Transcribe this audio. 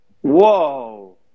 Whoa